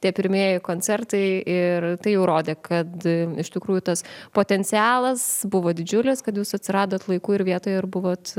tie pirmieji koncertai ir tai jau rodė kad iš tikrųjų tas potencialas buvo didžiulis kad jūs atsiradot laiku ir vietoje ir buvot